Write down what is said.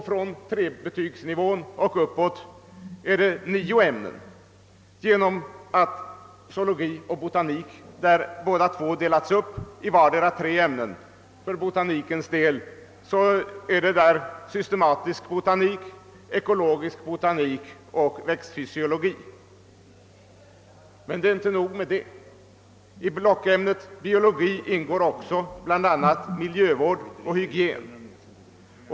Från trebetygsnivån och uppåt är det fråga om nio ämnen genom att zoologi och botanik delats upp i vardera tre ämnen, för botanikens del systematisk botanik, ekologisk botanik och växtfysiologi. Men det är inte nog med det. Till blockämnet biologi hör också bl.a. miljövård och hygien.